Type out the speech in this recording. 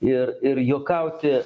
ir ir juokauti